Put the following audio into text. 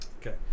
Okay